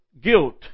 guilt